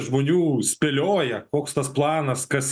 žmonių spėlioja koks tas planas kas